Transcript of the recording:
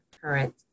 current